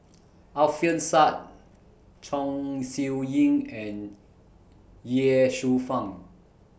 Alfian Sa'at Chong Siew Ying and Ye Shufang